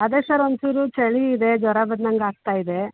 ಅದೇ ಸರ್ ಒಂದು ಚೂರು ಚಳಿ ಇದೆ ಜ್ವರ ಬಂದಂಗೆ ಆಗ್ತಾ ಇದೆ